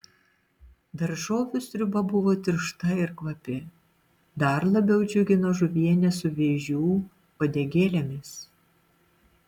daržovių sriuba buvo tiršta ir kvapi dar labiau džiugino žuvienė su vėžių uodegėlėmis